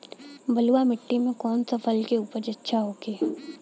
बलुआ मिट्टी में कौन सा फसल के उपज अच्छा होखी?